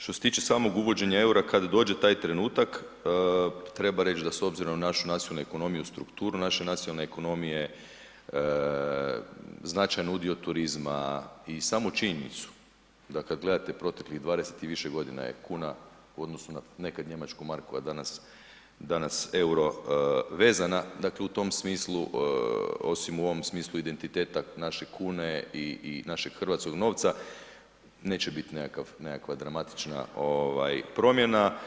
Što se tiče samog uvođenja eura kad dođe taj trenutak, treba reći da s obzirom na našu nacionalnu ekonomiju i strukturu, naše nacionalne ekonomije značajni udio turizma i samu činjenicu, da kad gledate proteklih 20 i više godina je kuna, u odnosu na nekad njemačku marku, a danas euro vezana dakle u tom smislu, osim u ovom smislu identiteta naše kune i našeg hrvatskog novca, neće biti nekakva dramatična promjena.